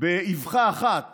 באבחה אחת